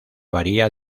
varía